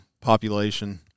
population